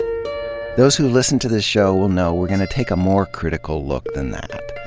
those who've listened to this show will know we're gonna take a more critical look than that.